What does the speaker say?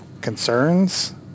concerns